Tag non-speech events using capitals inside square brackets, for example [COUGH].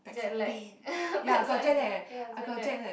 jet lag [LAUGHS] backside pain ya jet lag